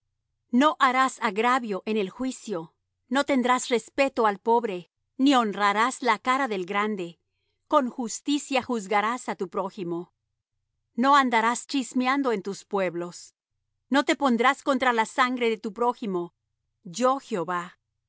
no harás agravio en el juicio no tendrás respeto al pobre ni honrarás la cara del grande con justicia juzgarás á tu prójimo no andarás chismeando en tus pueblos no te pondrás contra la sangre de tu prójimo yo jehová